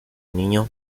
niño